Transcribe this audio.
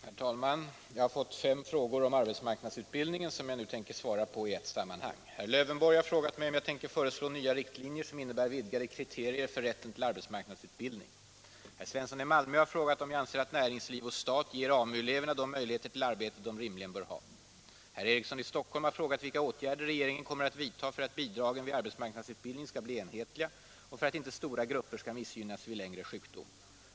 Herr talman! Jag har fått fem frågor om arbetsmarknadsutbildningen, som jag nu tänker svara på i ett sammanhang. Herr Lövenborg har frågat mig om jag tänker föreslå nya riktlinjer som innebär vidgade kriterier för rätten till arbetsmarknadsutbildning. Herr Svensson i Malmö har frågat om jag anser att näringsliv och stat ger AMU-eleverna de möjligheter till arbete de rimligen bör ha. Herr Eriksson i Stockholm har frågat vilka åtgärder regeringen kommer att vidta för att bidragen vid arbetsmarknadsutbildning skall bli enhetliga och för att inte stora grupper skall missgynnas vid längre sjukdom.